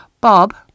Bob